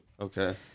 Okay